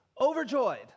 overjoyed